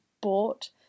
bought